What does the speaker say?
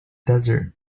desert